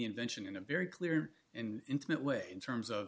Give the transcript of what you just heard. invention in a very clear and intimate way in terms of